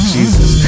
Jesus